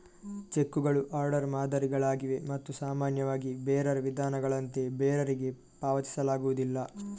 ಚೆಕ್ಕುಗಳು ಆರ್ಡರ್ ಮಾದರಿಗಳಾಗಿವೆ ಮತ್ತು ಸಾಮಾನ್ಯವಾಗಿ ಬೇರರ್ ವಿಧಾನಗಳಂತೆ ಬೇರರಿಗೆ ಪಾವತಿಸಲಾಗುವುದಿಲ್ಲ